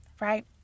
right